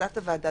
בהמלצת הוועדה,